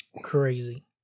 Crazy